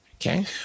Okay